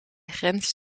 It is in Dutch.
grens